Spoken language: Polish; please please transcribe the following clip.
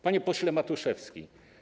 Panie Pośle Matuszewski!